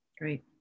great